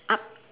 up